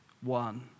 one